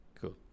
cool